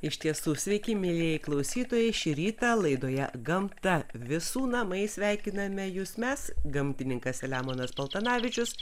iš tiesų sveiki mielieji klausytojai šį rytą laidoje gamta visų namai sveikiname jus mes gamtininkas selemonas paltanavičius